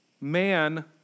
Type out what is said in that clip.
Man